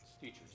teachers